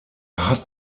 hat